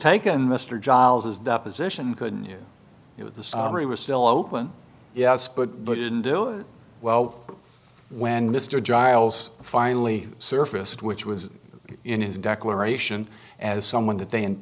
taken mr giles his deposition couldn't you know the story was still open yes but but didn't do it well when mr giles finally surfaced which was in his declaration as someone that they